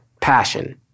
Passion